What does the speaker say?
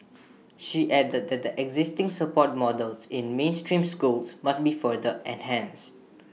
she added that the existing support models in mainstream schools must be further enhanced